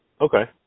Okay